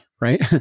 right